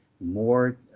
more